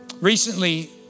Recently